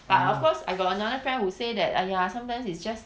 but of course I got another friend who say that !aiya! sometimes it's just